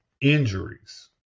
injuries